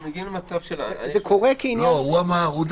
אבל אנחנו מגיעים למצב של --- הוא דווקא